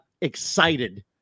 excited